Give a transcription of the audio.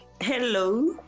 hello